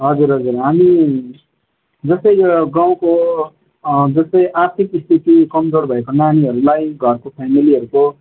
हजुर हजुर हामी जस्तै यो गाउँको जस्तै आर्थिक स्थिति कमजोर भएको नानीहरूलाई घरको फेमिलीहरूको